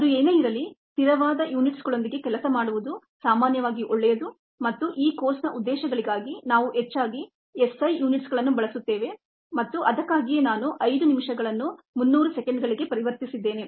ಅದು ಏನೇ ಇರಲಿ ಸ್ಥಿರವಾದ ಯೂನಿಟ್ಸಗಳೊಂದಿಗೆ ಕೆಲಸ ಮಾಡುವುದು ಸಾಮಾನ್ಯವಾಗಿ ಒಳ್ಳೆಯದು ಮತ್ತುಈ ಕೋರ್ಸ್ನ ಉದ್ದೇಶಗಳಿಗಾಗಿ ನಾವು ಹೆಚ್ಚಾಗಿ ಎಸ್ಐ ಯೂನಿಟ್ಸಗಳನ್ನು ಬಳಸುತ್ತೇವೆ ಮತ್ತು ಅದಕ್ಕಾಗಿಯೇ ನಾನು 5 ನಿಮಿಷಗಳನ್ನು 300 ಸೆಕೆಂಡ್ಗಳಿಗೆ ಪರಿವರ್ತಿಸಿದ್ದೇನೆ